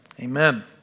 Amen